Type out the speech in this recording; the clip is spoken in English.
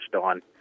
on